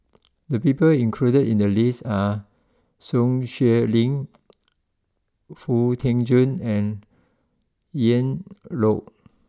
the people included in the list are Sun Xueling Foo Tee Jun and Ian Loy